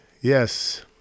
Yes